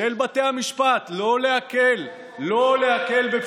של בתי המשפט לא להקל בפשיעה,